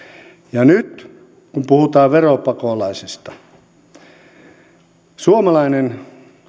ja nyt kun puhutaan veropakolaisista niin jos suomalainen